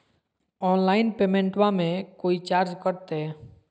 Online पेमेंटबां मे कोइ चार्ज कटते?